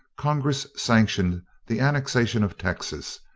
congress sanctioned the annexation of texas,